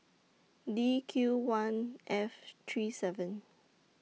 D Q one F three seven